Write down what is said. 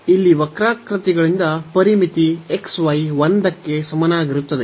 ಇಲ್ಲಿ ವಕ್ರಾಕೃತಿಗಳಿಂದ ಪರಿಮಿತಿ xy 1 ಕ್ಕೆ ಸಮನಾಗಿರುತ್ತದೆ